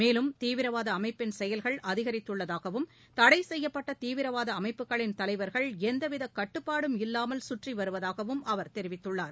மேலும் செயல்கள் தீவிரவாதஅமைப்பின் அதிகரித்துள்ளதாகவும் தடைசெய்யப்பட்டதீவிரவாதஅமைப்புகளின் தலைவர்கள் எந்தவிதகட்டுப்பாடும் இல்லாமல் சுற்றிவருவதாகவும் அவர் தெரிவித்துள்ளார்